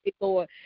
Lord